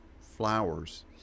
flowers